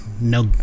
No